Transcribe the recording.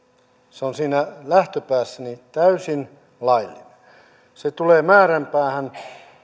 se on siinä lähtöpäässä täysin laillinen kun se tulee määränpäähän